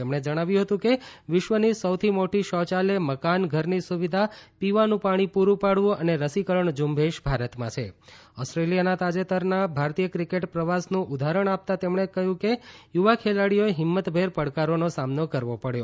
તેમણે જણાવ્યું હતું કે વિશ્વની સૌથી મોટી શૌચાલય મકાન ઘરની સુવિધા પીવાનું પાણી પૂરું પાડવું અને રસીકરણ ઝુંબેશ ભારતમાં છે ઓસ્ટ્રેલિયાના તાજેતરના ભારતીય ક્રિકેટ પ્રવાસનું ઉદાહરણ આપતાં તેમણે કહ્યું કે યુવા ખેલાડીઓએ હિંમતભેર પડકારોનો સામનો કરવો પડ્યો